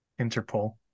Interpol